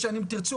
יש שם אם תרצו,